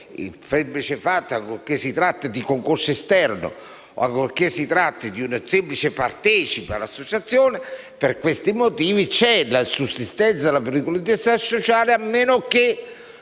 che, ancorché si tratti di concorso esterno o ancorché si tratti di un semplice partecipe all'associazione, per questi motivi c'è la sussistenza della pericolosità sociale, a meno che